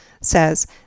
says